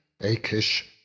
Achish